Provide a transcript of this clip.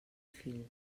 fil